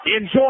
enjoy